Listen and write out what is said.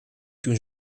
toen